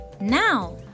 Now